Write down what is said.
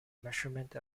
measurement